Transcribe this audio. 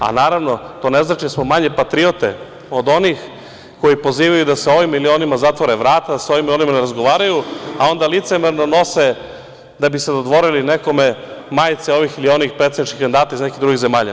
Naravno, to ne znači da smo manje patriote od onih koji pozivaju da se ovima ili onima zatvore vrata, da sa ovima ili onima se ne razgovaraju, a onda licemerno nose da bi se dodvorili nekome majice ovih ili onih predsedničkih kandidata iz nekih drugih zemalja.